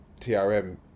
trm